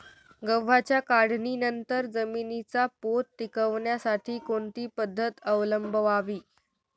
गव्हाच्या काढणीनंतर जमिनीचा पोत टिकवण्यासाठी कोणती पद्धत अवलंबवावी?